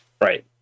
Right